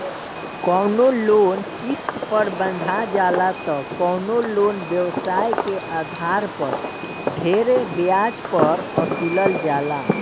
कवनो लोन किस्त पर बंधा जाला त कवनो लोन व्यवसाय के आधार पर ढेरे ब्याज पर वसूलल जाला